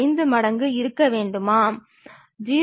5 மடங்கு இருக்க வேண்டுமா 0